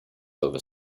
over